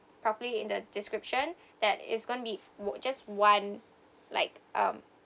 properly in the description that is going to be on~ just one like um